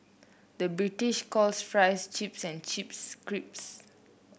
the British calls fries chips and chips crips